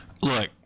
Look